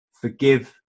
forgive